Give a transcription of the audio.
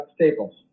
staples